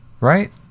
right